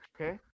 Okay